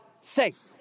safe